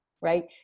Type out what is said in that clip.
right